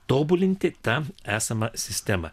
tobulinti tą esamą sistemą